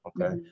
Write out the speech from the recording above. Okay